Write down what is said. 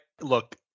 Look